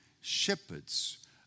shepherds